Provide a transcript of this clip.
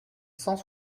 cent